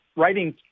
Writing